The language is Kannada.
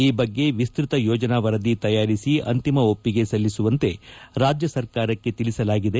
ಈ ಬಗ್ಗೆ ವಿಸ್ತ್ರತ ಯೋಜನಾ ವರದಿ ಡಿಪಿಆರ್ ತಯಾರಿಸಿ ಅಂತಿಮ ಒಪ್ಪಿಗೆ ಸಲ್ಲಿಸುವಂತೆ ರಾಜ್ಯ ಸರ್ಕಾರಕ್ಕೆ ತಿಳಿಸಲಾಗಿದೆ